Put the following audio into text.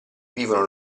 vivono